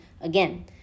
again